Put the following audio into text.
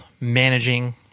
managing